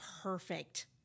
perfect